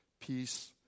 peace